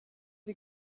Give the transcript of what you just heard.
the